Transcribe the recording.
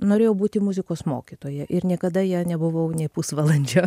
norėjau būti muzikos mokytoja ir niekada ja nebuvau nei pusvalandžio